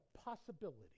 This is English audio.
possibility